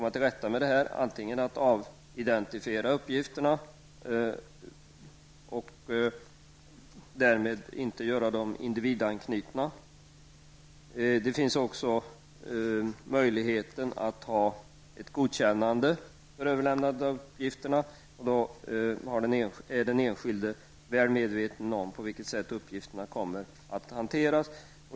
Antingen kan man avidentifiera uppgifterna, dvs. att inte göra dem individanknutna. Man kan också ordna det så att det krävs ett godkännande av den enskilde, så att denne är medveten om på vilket sätt uppgifterna kommer att hanteras.